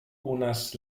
unas